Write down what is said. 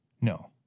No